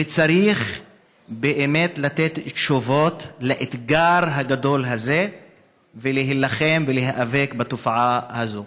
וצריך באמת לתת תשובות על האתגר הגדול הזה ולהילחם ולהיאבק בתופעה הזאת.